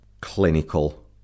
clinical